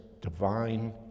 divine